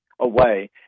away